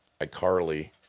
iCarly